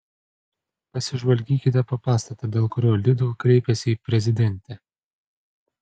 pasižvalgykite po pastatą dėl kurio lidl kreipėsi į prezidentę